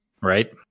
Right